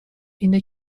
اینه